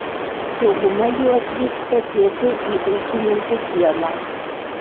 dauguma jų atvyksta tiesiai į ūkininkų kiemą